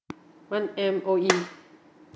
one M_O_E